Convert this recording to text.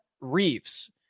Reeves